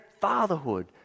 fatherhood